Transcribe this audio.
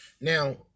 Now